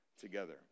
together